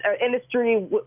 industry